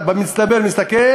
אז זה 10. אם אתה מסתכל במצטבר,